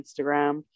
instagram